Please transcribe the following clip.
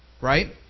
Right